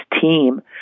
team